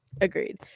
agreed